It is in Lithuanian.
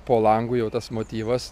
po langu jau tas motyvas